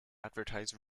advertise